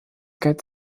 geld